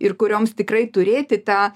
ir kurioms tikrai turėti tą